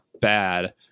bad